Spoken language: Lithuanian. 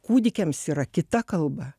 kūdikiams yra kita kalba